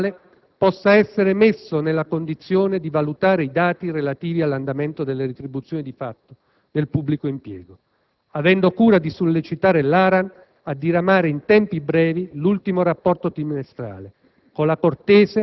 statale possa essere messo nelle condizioni di valutare i dati relativi all'andamento delle retribuzioni di fatto nel pubblico impiego, avendo cura di sollecitare l'ARAN a diramare in tempi brevi l'ultimo rapporto trimestrale